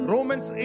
Romans